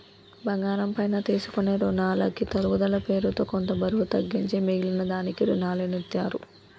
బంగారం పైన తీసుకునే రునాలకి తరుగుదల పేరుతో కొంత బరువు తగ్గించి మిగిలిన దానికి రునాలనిత్తారు